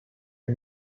the